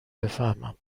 بفهمم